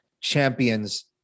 Champions